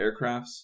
aircrafts